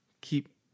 Keep